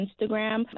instagram